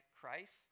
Christ